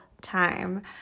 time